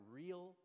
real